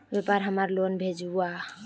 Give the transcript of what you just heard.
व्यापार हमार लोन भेजुआ?